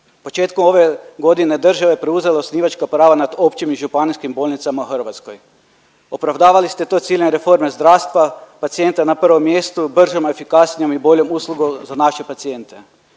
Početkom ove godine država je preuzela osnivačka prava nad općim i županijskim bolnicama u Hrvatskoj. Opravdavali ste to sa ciljem reforme zdravstva pacijenta na prvom mjestu, bržom, efikasnijom i boljom uslugom za naše pacijente.